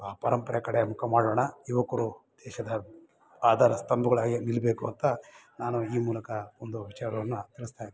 so ಆ ಪರಂಪರೆ ಕಡೆ ಮುಖ ಮಾಡೋಣ ಯುವಕರು ದೇಶದ ಆಧಾರ ಸ್ತಂಭ್ಗಳಾಗಿ ನಿಲ್ಬೇಕು ಅಂತ ನಾನು ಈ ಮೂಲಕ ಒಂದು ವಿಚಾರವನ್ನು ತಿಳಿಸ್ತಾಯಿದ್ದೇನೆ